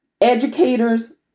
educators